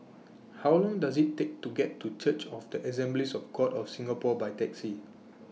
How Long Does IT Take to get to Church of The Assemblies of God of Singapore By Taxi